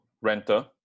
renter